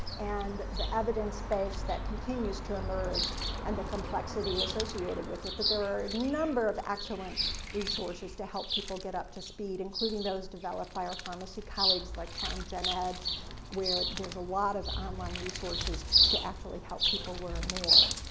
and the evidence base that continues to emerge and the complexity associated with it, but there are a number of excellent resources to help people get up to speed, including those developed by our pharmacy colleagues like pharmgened, where there's a lot of online resources to actually help people learn more.